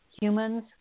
Humans